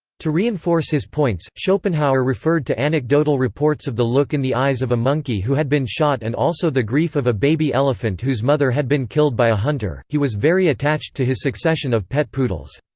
to reinforce his points, schopenhauer referred to anecdotal reports of the look in the eyes of a monkey who had been shot and also the grief of a baby elephant whose mother had been killed by a hunter he was very attached to his succession of pet poodles.